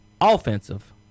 offensive